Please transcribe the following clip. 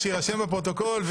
שיירשם בפרוטוקול.